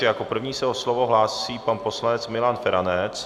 Jako první se o slovo hlásí pan poslanec Milan Feranec.